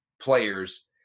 players